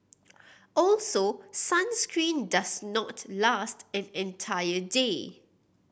also sunscreen does not last an entire day